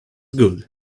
good